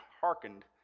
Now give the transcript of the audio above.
hearkened